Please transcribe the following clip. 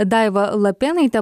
daiva lapėnaitė